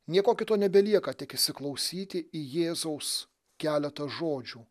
nieko kito nebelieka tik įsiklausyti į jėzaus keletą žodžių